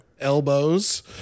elbows